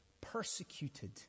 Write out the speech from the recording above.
persecuted